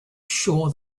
sure